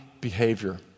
behavior